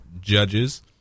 Judges